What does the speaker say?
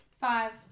Five